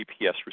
GPS